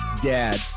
dad